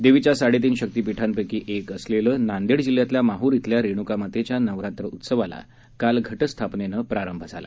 देवीच्या साडेतीन शक्तीपीठापैकी एक असलेले नांदेड जिल्ह्यातल्या माहूर इथल्या रेणूकामातेच्या नवरात्र उत्सवाला काल घटस्थापनेनं प्रारंभ झाला